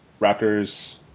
Raptors